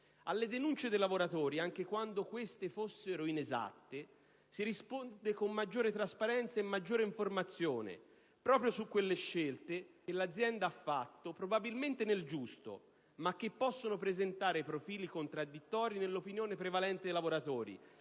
Alle denunce dei lavoratori, anche quando queste fossero inesatte, si risponde con maggiore trasparenza e maggiore informazione, proprio su quelle scelte che l'azienda ha fatto, probabilmente nel giusto, ma che possono presentare profili contraddittori nell'opinione prevalente dei lavoratori